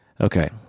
Okay